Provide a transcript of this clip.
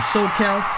SoCal